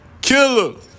Killer